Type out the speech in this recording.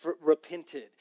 repented